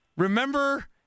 Remember